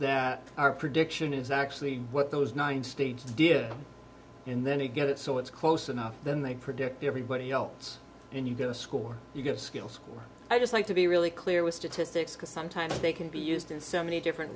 that our prediction is actually what those nine states dear and then we get it so it's close enough then they predict the everybody else and you get a score you give skills i just like to be really clear with statistics because sometimes they can be used in so many different